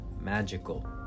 magical